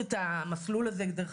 גמול השתלמות ועל לימודי תעודה ולימודים